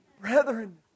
brethren